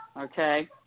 Okay